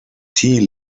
tea